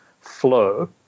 flow